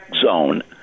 zone